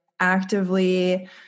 actively